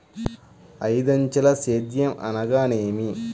ఐదంచెల సేద్యం అనగా నేమి?